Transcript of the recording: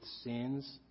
sins